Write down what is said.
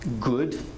good